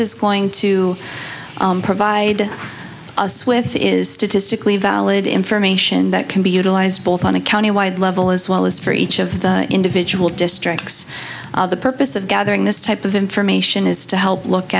is going to provide us with is statistically valid information that can be utilized both on a county wide level as well as for each of the individual districts the purpose of gathering this type information is to help look